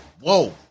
whoa